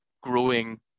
growing